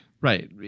Right